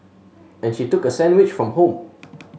and she took a sandwich from home